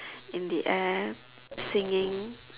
in the air singing